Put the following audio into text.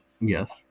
Yes